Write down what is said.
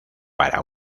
para